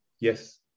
Yes